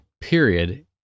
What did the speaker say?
period